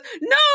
no